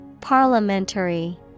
Parliamentary